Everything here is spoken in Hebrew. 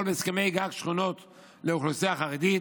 בהסכמי גג שכונות לאוכלוסייה החרדית.